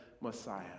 Messiah